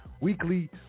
weekly